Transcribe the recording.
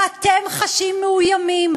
ואתם חשים מאוימים.